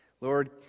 Lord